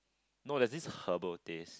no there's this herbal taste